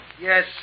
yes